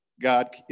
God